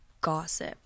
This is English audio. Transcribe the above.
gossip